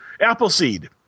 Appleseed